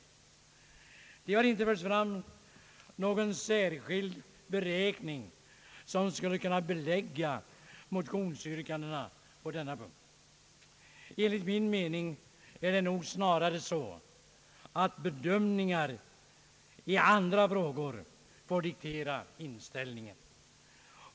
Det har inte förts fram någon särskild beräkning som skulle kunna ge belägg för motionsyrkandena på denna punkt. Enligt min mening är det snarare så att bedömningar i andra frågor dikterat motionärernas inställning.